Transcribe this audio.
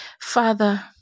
Father